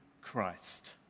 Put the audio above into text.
Christ